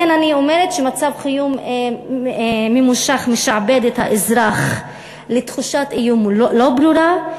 לכן אני אומרת שמצב חירום ממושך משעבד את האזרח לתחושת איום לא ברורה,